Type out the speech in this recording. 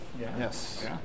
Yes